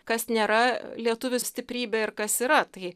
kas nėra lietuvių stiprybė ir kas yra tai